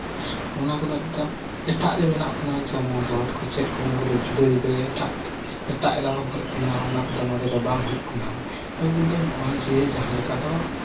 ᱚᱱᱟ ᱠᱚᱫᱚ ᱮᱱᱛᱮᱫ ᱮᱴᱟᱜ ᱨᱮ ᱵᱮᱱᱟᱜ ᱠᱟᱱᱟ ᱡᱮᱢᱚᱱ ᱨᱚᱰ ᱠᱚ ᱪᱮᱫ ᱠᱚ ᱚᱱᱟ ᱠᱚᱫᱚ ᱡᱩᱫᱟᱹ ᱡᱩᱫᱟᱹ ᱮᱴᱟᱜ ᱴᱮᱟᱜ ᱮᱞᱟᱠᱟ ᱠᱷᱚᱡ ᱦᱮᱡ ᱠᱟᱱᱟ ᱚᱟ ᱠᱚᱫᱚ ᱱᱚᱰᱮ ᱫᱚ ᱵᱟᱝ ᱦᱩᱭᱩᱜ ᱠᱟᱱᱟ ᱟᱵᱩ ᱫᱚ ᱱᱚᱜᱼᱚᱸᱭ ᱡᱮ ᱡᱟᱦᱟᱸ ᱞᱮᱠᱟ ᱫᱚ